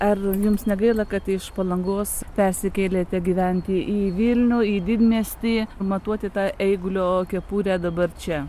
ar jums negaila kad iš palangos persikėlėte gyventi į vilnių į didmiestį matuoti tą eigulio kepurę dabar čia